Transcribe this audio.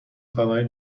خبری